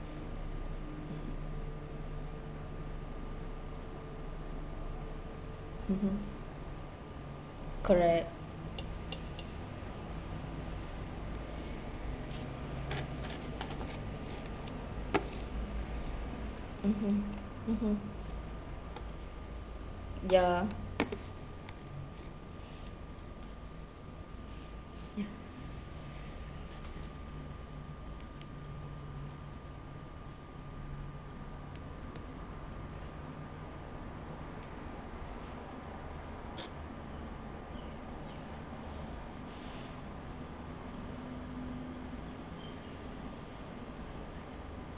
mmhmm correct mmhmm mmhmm ya